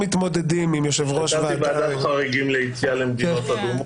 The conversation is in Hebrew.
ומתמקדים מבחינת היערכות מערכת הבריאות.